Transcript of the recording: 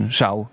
zou